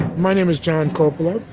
my name is john coppola.